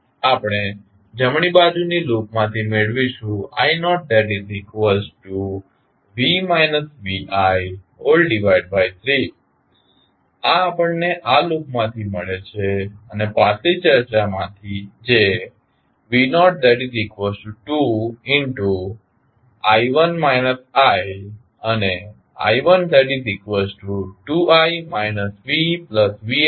આપણે જમણી બાજુની લૂપમાંથી મેળવીશું i0v vi3 આ આપણને આ લૂપમાંથી મળે છે અને પાછલી ચર્ચામાંથી જે v02 અને i12i vvs3છે